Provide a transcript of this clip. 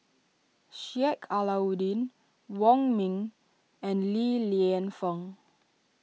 Sheik Alau'ddin Wong Ming and Li Lienfung